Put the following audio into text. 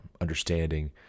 understanding